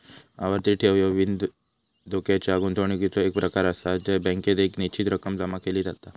आवर्ती ठेव ह्यो बिनधोक्याच्या गुंतवणुकीचो एक प्रकार आसा जय बँकेत एक निश्चित रक्कम जमा केली जाता